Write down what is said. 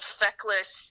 feckless